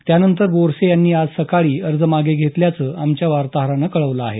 त्यानंतर बोरसे यांनी आज सकाळी अर्ज मागे घेतल्याचं आमच्या वार्ताहरानं कळवलं आहे